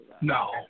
No